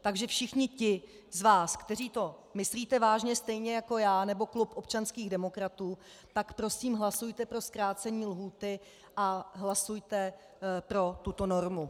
Takže všichni ti z vás, kteří to myslíte vážně stejně jako já nebo klub občanských demokratů, tak prosím hlasujte pro zkrácení lhůty a hlasujte pro tuto normu.